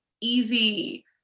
easy